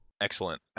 excellent